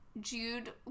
Jude